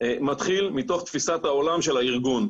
מתחיל מתוך תפיסת העולם של הארגון.